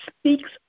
speaks